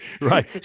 right